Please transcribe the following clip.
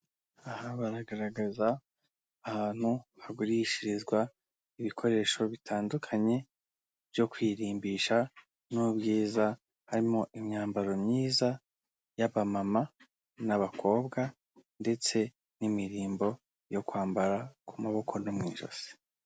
Aha baragaragaza ahantu hagurishirizwa ibikoresho bitandukanye, byo kw'iririmbisha n'ubwiza. Harimo imyambaro myiza y'aba mama n'abakobwa ndetse n'imirimbo yo kwambara ku maboko no mu ijosi.